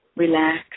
Relax